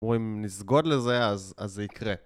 או אם נסגוד לזה, אז זה יקרה.